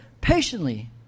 patiently